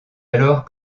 alors